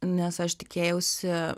nes aš tikėjausi